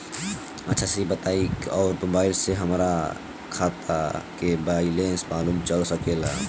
अच्छा ई बताईं और मोबाइल से हमार खाता के बइलेंस मालूम चल सकेला?